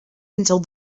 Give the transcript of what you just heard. until